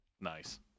Nice